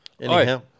Anyhow